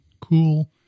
cool